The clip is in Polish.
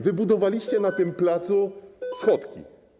Wybudowaliście na tym placu schodki.